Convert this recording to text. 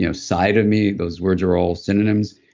you know side of me. those words are all synonyms.